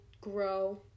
grow